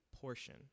portion